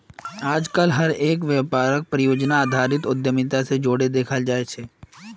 आजकल हर एक व्यापारक परियोजनार आधारित उद्यमिता से जोडे देखाल जाये छे